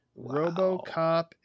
RoboCop